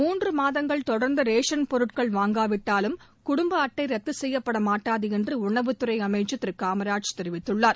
மூன்று மாதங்கள் தொடர்ந்து ரேஷன் பொருட்கள் வாங்காவிட்டாலும் குடும்ப அட்டை ரத்து செய்யப்பட மாட்டாது என்று உணவுத்துறை அமைச்சர் திரு காமராஜ் தெரிவித்துள்ளார்